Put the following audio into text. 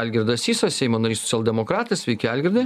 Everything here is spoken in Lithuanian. algirdas sysas seimo narys socialdemokratas sveiki algirdai